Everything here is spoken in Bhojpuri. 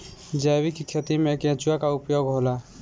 जैविक खेती मे केचुआ का उपयोग होला?